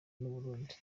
n’uburundi